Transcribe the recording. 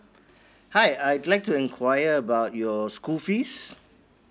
hi I'd like to enquire about your school fees